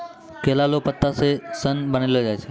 केला लो पत्ता से सन बनैलो जाय छै